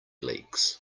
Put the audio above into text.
leaks